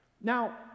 Now